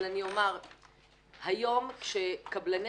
אבל אומר, היום, כשקבלני